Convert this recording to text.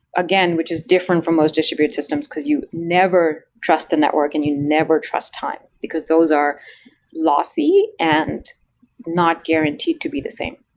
again, which is different from most distributed systems, because you never trust the network and you never trust time, because those are lossy and not guaranteed to be the same.